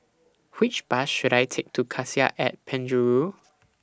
Which Bus should I Take to Cassia At Penjuru